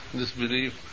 disbelief